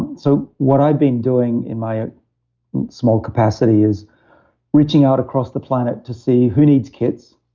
and so what i've been doing in my small capacity is reaching out across the planet to see who needs kits.